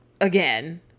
again